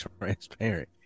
transparent